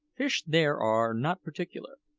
fish there are not particular.